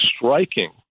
striking